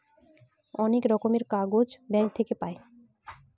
অনেক রকমের কাগজ ব্যাঙ্ক থাকে পাই